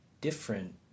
different